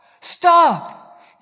Stop